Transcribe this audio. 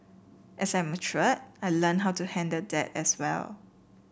as I matured I learnt how to handle that as well